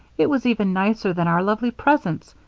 it was even nicer than our lovely presents,